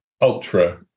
ultra